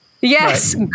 Yes